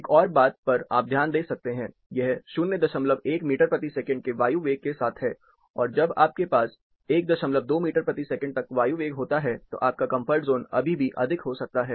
एक और बात पर आप ध्यान दे सकते हैं यह 01 मीटर प्रति सेकंड के वायु वेग के साथ है और जब आपके पास 12 मीटर प्रति सेकंड तक वायु वेग होता है तो आपका कंफर्ट जोन अभी भी अधिक हो सकता है